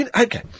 Okay